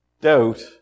Doubt